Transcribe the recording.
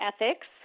ethics